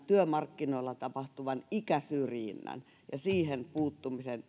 työmarkkinoilla tapahtuvan ikäsyrjinnän ja siihen puuttumisen